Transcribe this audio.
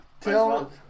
Tell